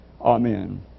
Amen